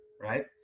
Right